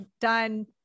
done